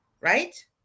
right